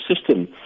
system